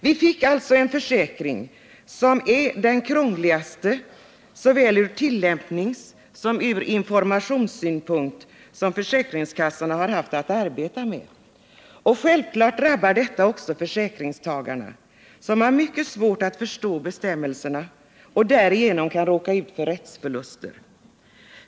Vi fick en försäkring som är den krångligaste, såväl ur tillämpningssom ur informationssynpunkt, som försäkringskassorna haft att arbeta med. Självklart drabbar detta också försäkringstagarna, som har mycket svårt att förstå bestämmelserna och därigenom kan råka ut för rättsförluster.